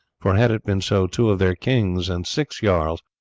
for had it been so two of their kings and six jarls,